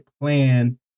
plan